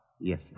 Yes